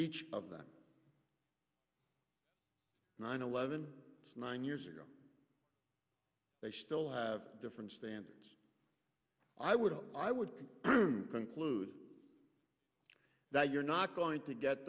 each of them nine eleven nine years ago they still have different standards i would hope i would conclude that you're not going to get